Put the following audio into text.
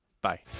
Bye